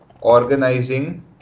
organizing